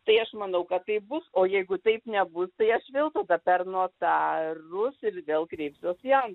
tai aš manau kad taip bus o jeigu taip nebus tai aš vėl tada per notarus ir vėl kreipsiuos jam